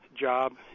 job